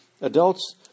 adults